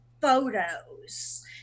photos